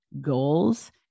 goals